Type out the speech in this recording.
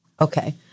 Okay